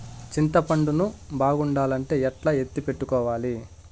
చింతపండు ను బాగుండాలంటే ఎట్లా ఎత్తిపెట్టుకోవాలి?